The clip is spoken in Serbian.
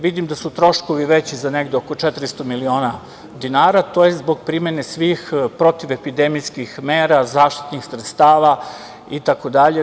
Vidim da su troškovi veći za negde oko 400 miliona dinara, to je zbog primene svih protivepidemijskih mera, zaštitnih sredstava itd.